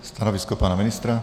Stanovisko pana ministra?